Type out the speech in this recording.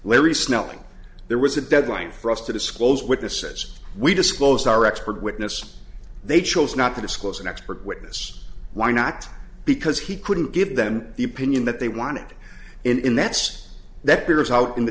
larry snelling there was a deadline for us to disclose witnesses we disclosed our expert witness they chose not to disclose an expert witness why not because he couldn't give them the opinion that they wanted in that's that bears out in the